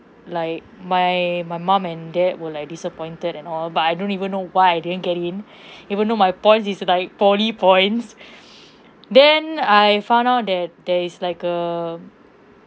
like my my mum and dad were like disappointed and all but I don't even know why I didn't get in even though my points is like poly points then I found out that there is like a